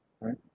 right